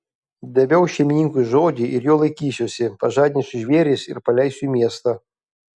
daviau šeimininkui žodį ir jo laikysiuosi pažadinsiu žvėris ir paleisiu į miestą